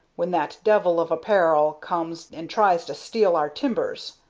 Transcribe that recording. when that devil of a per'l comes and tries to steal our timbers.